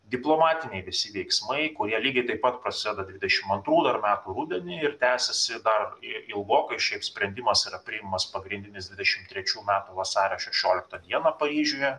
diplomatiniai visi veiksmai kurie lygiai taip pat prasideda trisdešim antrų metų rudenį ir tęsiasi dar ilgokai šiaip sprendimas yra priimamas pagrindinis dvidešim trečių metų vasario šešioliktą dieną paryžiuje